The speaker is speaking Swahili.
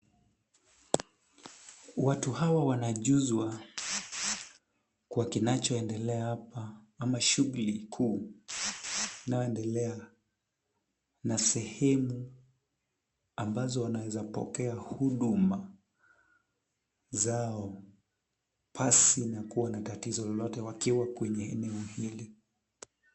Watu hawa wanajuzwa kwa kinachoendelea hapa, ama shughuli kuu inayoendelea na sehemu ambazo wanaweza pokea huduma zao, pasi na kuwa na tatizo lolote wakiwa kwenye eneo hili.